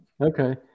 Okay